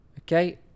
Okay